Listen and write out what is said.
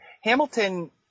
Hamilton